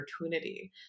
opportunity